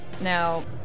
Now